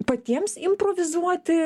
patiems improvizuoti